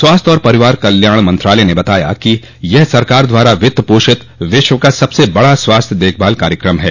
स्वास्थ्य और परिवार कल्याण मंत्रालय ने बताया कि यह सरकार द्वारा वित्त पोषित विश्व का सबसे बड़ा स्वास्थ्य देखभाल कार्यक्रम है